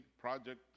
project